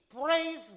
Praise